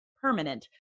permanent